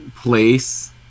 place